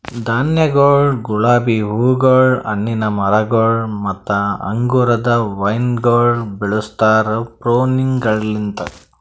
ಧಾನ್ಯಗೊಳ್, ಗುಲಾಬಿ ಹೂಗೊಳ್, ಹಣ್ಣಿನ ಮರಗೊಳ್ ಮತ್ತ ಅಂಗುರದ ವೈನಗೊಳ್ ಬೆಳುಸ್ತಾರ್ ಪ್ರೂನಿಂಗಲಿಂತ್